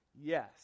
yes